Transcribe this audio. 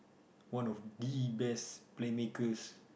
one the best Playmakers